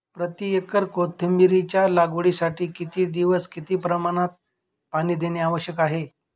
प्रति एकर कोथिंबिरीच्या लागवडीसाठी किती दिवस किती प्रमाणात पाणी देणे आवश्यक आहे?